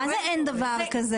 מה זה אין דבר כזה?